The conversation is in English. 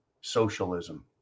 socialism